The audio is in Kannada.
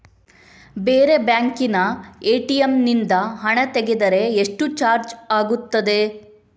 ಬೇರೆ ಬ್ಯಾಂಕಿನ ಎ.ಟಿ.ಎಂ ನಿಂದ ಹಣ ತೆಗೆದರೆ ಎಷ್ಟು ಚಾರ್ಜ್ ಆಗುತ್ತದೆ?